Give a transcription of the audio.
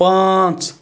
پانٛژھ